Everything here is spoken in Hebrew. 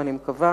ואני מקווה